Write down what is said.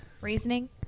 Reasoning